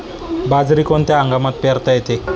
बाजरी कोणत्या हंगामात पेरता येते?